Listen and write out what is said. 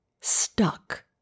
stuck